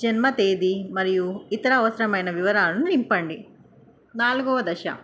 జన్మ తేదీ మరియు ఇతర అవసరమైన వివరాలను నింపండి నాల్గవ దశ